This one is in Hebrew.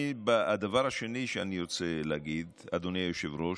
הדבר השני שאני ארצה להגיד, אדוני היושב-ראש,